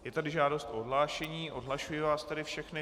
Je tady žádost o odhlášení, odhlašuji vás tedy všechny.